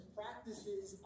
practices